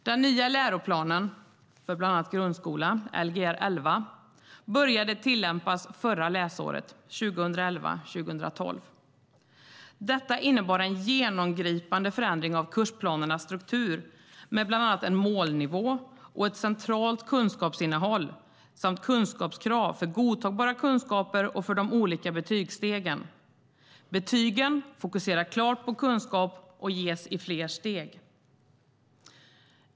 Den nya läroplanen för bland annat grundskolan, Lgr11, började tillämpas förra läsåret, 2011/2012. Detta innebar en genomgripande förändring av kursplanernas struktur med bland annat en målnivå och ett centralt kunskapsinnehåll samt kunskapskrav för godtagbara kunskaper och för de olika betygsstegen. Betygen fokuserar klart på kunskap och ges i fler steg.